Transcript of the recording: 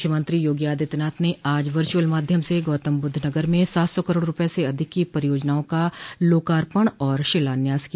मुख्यमंत्री योगी आदित्यनाथ ने आज वर्च्यअल माध्यम से गौतमबुद्ध नगर में सात सौ करोड़ रूपये से अधिक की परियोजनाओं का लोकार्पण और शिलान्यास किया